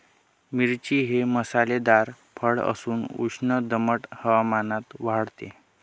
मिरची हे मसालेदार फळ असून उष्ण दमट हवामानात वाढते